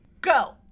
go